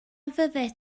fyddet